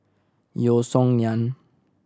Yeo Song Nian